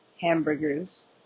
hamburgers